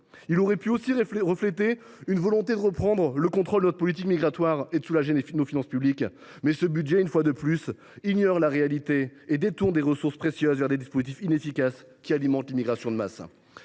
Il aurait pu refléter une volonté de reprendre le contrôle de notre politique migratoire et de soulager nos finances publiques. Mais, une fois de plus, ce budget ignore la réalité et détourne des ressources précieuses vers des dispositifs inefficaces qui alimentent l’immigration de masse.